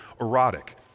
erotic